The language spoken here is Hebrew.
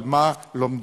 על מה לומדים.